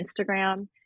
Instagram